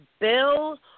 Bill